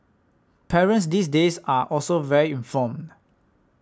parents these days are also very informed